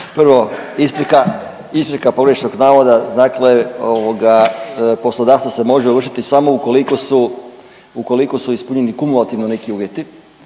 isprika, isprika pogrešnog navoda, dakle ovoga, poslodavce se može ovršiti samo ukoliko su ispunjeni kumulativno neki uvjeti,